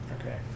Okay